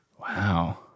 Wow